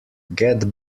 get